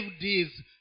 days